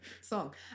song